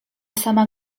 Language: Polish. sama